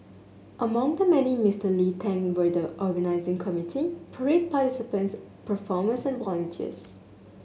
among the many Mister Lee thanked were the organising committee parade participants performers and volunteers